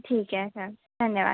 ठीक है सर धन्यवाद